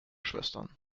schwestern